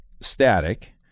static